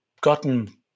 gotten